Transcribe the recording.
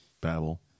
Babel